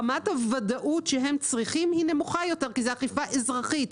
רמת הוודאות שהם צריכים היא נמוכה יותר כי זאת אכיפה אזרחית,